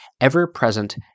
ever-present